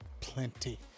Plenty